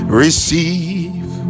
receive